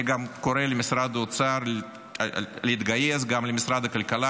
אני גם קורא למשרד האוצר וגם למשרד הכלכלה